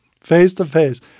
face-to-face